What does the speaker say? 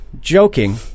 joking